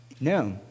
No